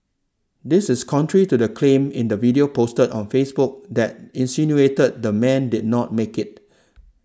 this is contrary to the claim in the video posted on Facebook that insinuated the man did not make it